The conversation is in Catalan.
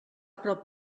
prop